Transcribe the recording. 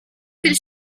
ils